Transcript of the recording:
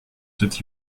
did